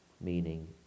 meaning